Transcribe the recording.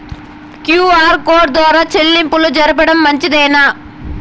QR code ద్వారా చెల్లింపులు జరపడం మంచిదేనా?